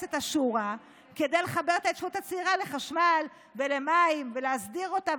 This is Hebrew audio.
ממועצת השורא לחבר את ההתיישבות הצעירה לחשמל ולמים ולהסדיר אותה,